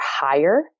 higher